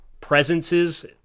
presences